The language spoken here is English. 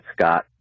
Scott